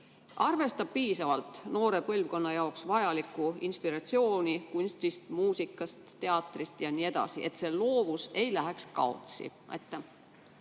arvestab piisavalt noore põlvkonna jaoks vajalikku inspiratsiooni kunstist, muusikast, teatrist jne, et see loovus ei läheks kaotsi? Aitäh!